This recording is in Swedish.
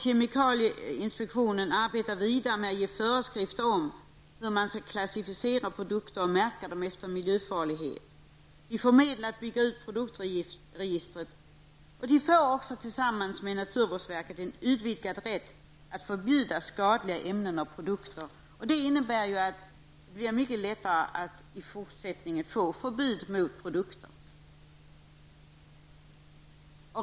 Kemikalieinspektionen föreslås också arbeta vidare med att ge föreskrifter om hur produkter skall klassificeras och märkas efter miljöfarlighet. Man får medel till att bygga ut produktregistret. Tillsammans med naturvårdsverket får man också en utvidgad rätt att förbjuda skadliga ämnen och produkter. Det innebär att det i fortsättningen blir mycket lättare att kunna förbjuda vissa produkter.